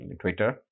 Twitter